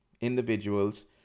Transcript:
individuals